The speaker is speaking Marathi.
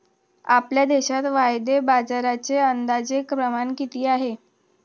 आपल्या देशात वायदे बाजाराचे अंदाजे प्रमाण किती आहे?